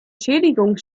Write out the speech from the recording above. schädigung